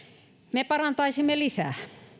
me parantaisimme lisää